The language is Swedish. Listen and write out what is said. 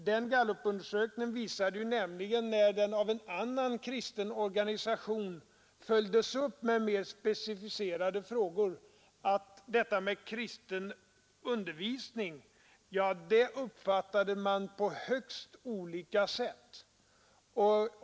Den gallupundersökningen visade nämligen, när den av en annan kristen organisation följdes upp med mer specificerade frågor, att detta med kristen undervisning uppfattades på högst olika sätt.